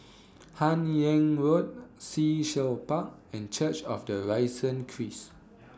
Hun Yeang Road Sea Shell Park and Church of The Risen Christ